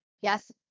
yes